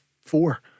four